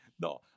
No